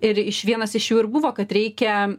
ir iš vienas iš jų ir buvo kad reikia